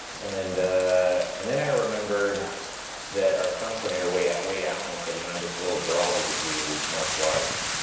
and and then i remembered that our stunt coordinator, wade wade allen said, you know, i have this little girl who could do martial arts.